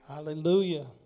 Hallelujah